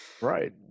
right